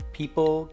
people